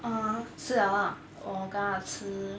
ah 吃了啊我刚刚有吃